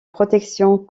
protection